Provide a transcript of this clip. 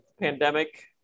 pandemic